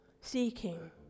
seeking